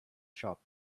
shop